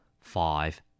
Five